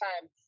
time